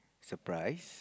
surprised